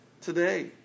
today